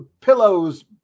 pillows